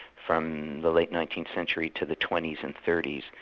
from the late nineteenth century to the twenty s and thirty s,